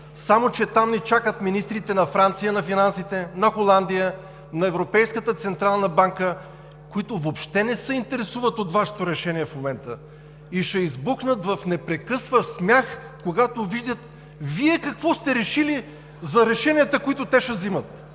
Само че там ни чакат министрите на финансите на Франция, на Холандия, на Европейската централна банка, които въобще не се интересуват от Вашето решение в момента и ще избухнат в непрекъсващ смях, когато видят какво сте решили за решенията, които те ще взимат.